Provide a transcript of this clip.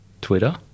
Twitter